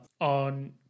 on